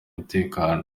umutekano